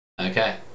Okay